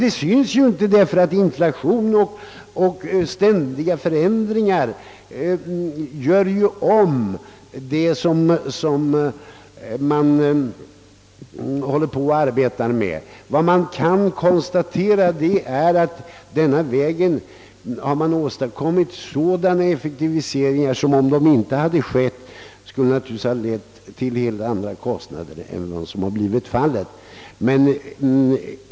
Detta syns emellertid inte på grund av att inflation och ständiga förändringar omvandlar de förhållanden som man undersöker. Vad som kan konstateras är att, om man på denna väg inte hade kunnat åstadkomma de effektiviseringar som genomförts, inflation m.m. skulle ha lett till än större kostnader än vad som nu blivit fallet.